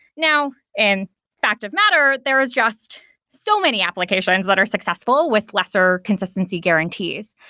now, and fact of matter, there is just so many applications that are successful with lesser consistency guarantees.